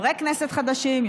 חברי כנסת חדשים,